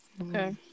okay